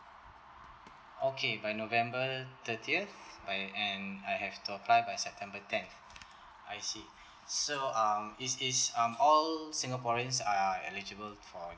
okay by november thirtieth by and I have to apply by september tenth I see so um is is um all singaporeans are eligible for